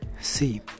see